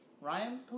Ryan